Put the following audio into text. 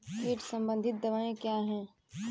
कीट संबंधित दवाएँ क्या हैं?